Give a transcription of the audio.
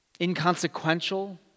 inconsequential